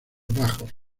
bajos